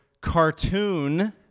cartoon